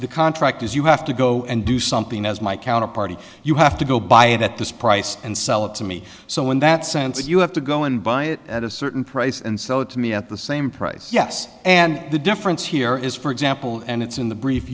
the contract is you have to go and do something as my counterparty you have to go buy it at this price and sell it to me so in that sense you have to go and buy it at a certain price and sell it to me at the same price yes and the difference here is for example and it's in the brief